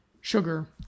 sugar